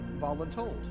voluntold